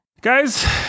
Guys